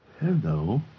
Hello